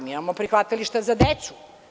Mi imamo prihvatilišta za decu.